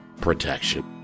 protection